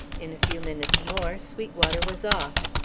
in a few minutes more sweetwater was off.